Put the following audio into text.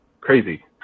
crazy